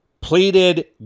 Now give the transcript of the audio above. pleaded